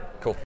Cool